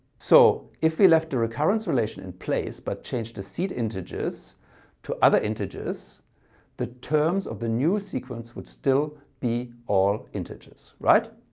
so if we left the recurrence relation in place but changed the seed integers to other integers the terms of the new sequence would still be all integers, right?